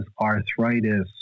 arthritis